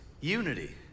unity